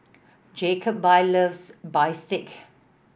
Jacoby loves bistake